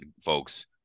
folks